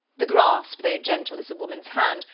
the grasp, though gentle as a woman's hand,